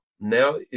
Now